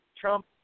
Trump